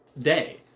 day